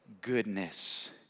Goodness